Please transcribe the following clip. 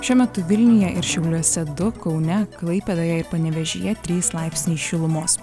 šiuo metu vilniuje ir šiauliuose du kaune klaipėdoje ir panevėžyje trys laipsniai šilumos